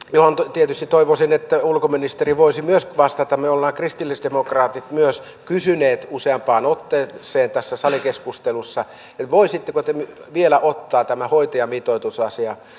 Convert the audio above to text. tietysti toivoisin että ulkoministeri voisi myös siihen vastata me kristillisdemokraatit olemme kysyneet useampaan otteeseen tässä salikeskustelussa voisitteko te vielä ottaa tämän hoitajamitoitusasian